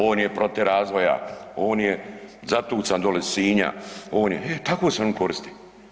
On je protiv razvoja, on je zatucan dolje iz Sinja, on je, tako se oni koriste.